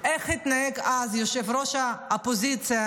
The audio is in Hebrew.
איך התנהג אז ראש האופוזיציה